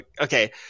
okay